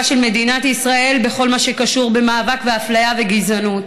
של מדינת ישראל בכל מה שקשור במאבק באפליה וגזענות.